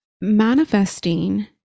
manifesting